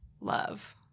love